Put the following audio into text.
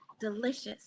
Delicious